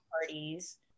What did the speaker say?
parties